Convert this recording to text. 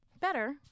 Better